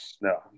No